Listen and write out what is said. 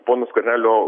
pono skvernelio